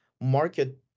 market